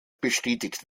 bestätigt